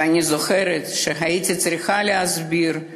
ואני זוכרת שהייתי צריכה להסביר את